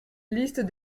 liste